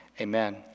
Amen